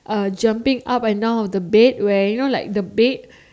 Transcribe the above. uh jumping up and down on the bed where you know like the bed